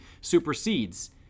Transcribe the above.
supersedes